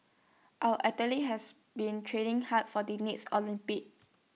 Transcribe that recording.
our athletes has been training hard for the next Olympics